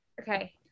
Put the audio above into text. okay